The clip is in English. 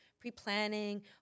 pre-planning